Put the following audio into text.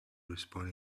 respond